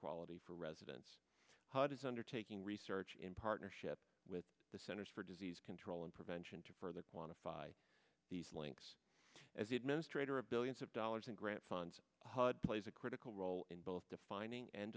quality for residents how it is undertaking research in partnership with the centers for disease control and prevention to further quantify these links as the administrator of billions of dollars in grants and hud plays a critical role in both defining and